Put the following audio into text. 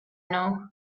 know